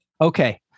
Okay